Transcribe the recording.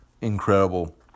incredible